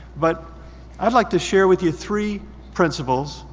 but i'd like to share with you three principles,